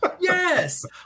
yes